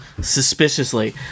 suspiciously